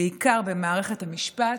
בעיקר במערכת המשפט,